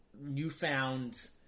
newfound